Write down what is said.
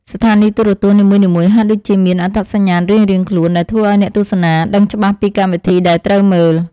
ស្ថានីយទូរទស្សន៍នីមួយៗហាក់ដូចជាមានអត្តសញ្ញាណរៀងៗខ្លួនដែលធ្វើឱ្យអ្នកទស្សនាដឹងច្បាស់ពីកម្មវិធីដែលត្រូវមើល។